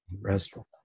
restful